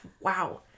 wow